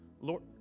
Lord